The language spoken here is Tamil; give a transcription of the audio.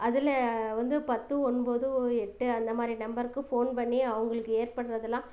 அதில் வந்து பத்து ஒன்பது ஓ எட்டு அந்த மாதிரி நம்பருக்கு ஃபோன் பண்ணி அவங்களுக்கு ஏற்படுறதெல்லாம்